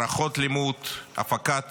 מערכות לימוד, הפקת